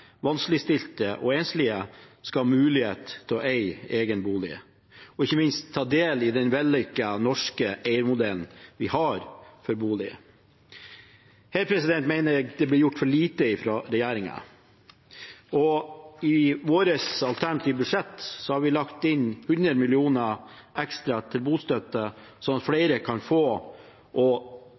vanskeligstilte og enslige skal ha mulighet til å eie egen bolig, og ikke minst ta del i den vellykkede norske eiermodellen vi har for bolig. Her mener jeg det blir gjort for lite fra regjeringen. I vårt alternative budsjett har vi lagt inn 100 mill. kr ekstra til bostøtte, slik at flere kan få og